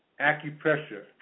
acupressure